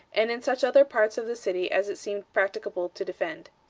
and in such other parts of the city as it seemed practicable to defend.